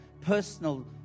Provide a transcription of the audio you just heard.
personal